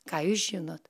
ką jūs žinot